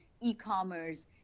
e-commerce